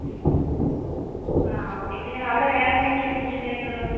ആ ആ ഓക്കെ പിന്നെ അവിടെ വേറെ എന്തൊക്കെയാണ് സ്പെഷ്യൽ ആയിട്ട് ഉള്ളത്